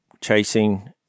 chasing